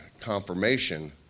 confirmation